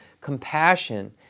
compassion